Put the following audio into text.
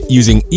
using